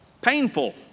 painful